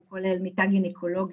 הוא כולל מיטה גניקולוגית,